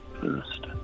First